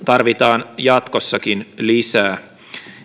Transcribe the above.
tarvitaan jatkossakin lisää